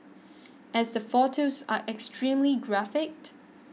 as the photos are extremely graphic